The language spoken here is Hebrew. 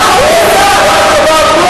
בית-המשפט קבע הפוך.